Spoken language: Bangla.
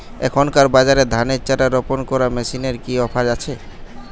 এখনকার বাজারে ধানের চারা রোপন করা মেশিনের কি অফার আছে?